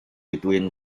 between